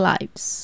Lives